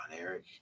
Eric